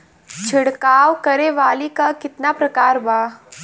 छिड़काव करे वाली क कितना प्रकार बा?